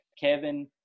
Kevin